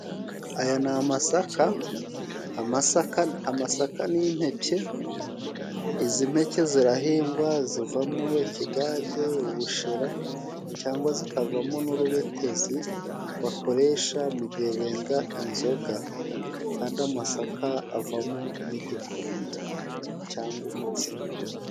Aya ni amasaka, amasaka n'impeke izi mpeke zirahingwa. Zivamo ikigage, ubushera, cyangwa zikavamo n'urubetezi bakoresha mu gihe benga inzoga. Kandi amasaka avamo n'igikoma cyangwa umutsima.